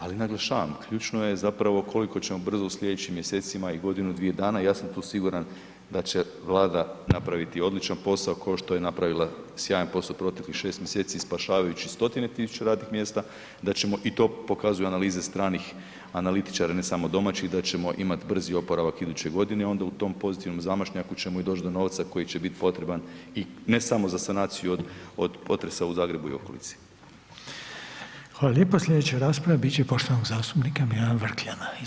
Ali naglašavam, ključno je zapravo koliko ćemo brzo u slijedećim mjesecima i godinu dvije dana, ja sam tu siguran da će vlada napraviti odličan posao košto je napravila sjajan posao proteklih 6 mjeseci spašavajući stotine tisuća radnih mjesta, da ćemo i to, pokazuju analize stranih analitičara, ne samo domaćih, da ćemo imat brzi oporavak iduće godine, onda u tom pozitivnom zamašnjaku ćemo i doć do novca koji će bit potreban i ne samo za sanaciju od, od potresa u Zagrebu i okolici.